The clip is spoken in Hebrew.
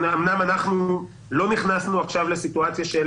ברוך השם, לא נכנסנו עכשיו לסיטואציה של